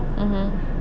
mmhmm